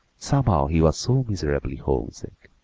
somehow he was so miserably homesick.